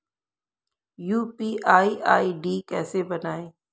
UPI ID कैसे बनाएं?